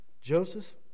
Joseph